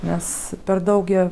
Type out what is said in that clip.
nes per daug gi